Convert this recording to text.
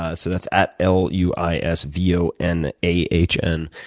ah so that's at l u i s v o n a h n,